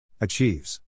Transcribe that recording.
Achieves